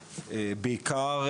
בעיקר,